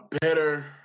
better –